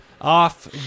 off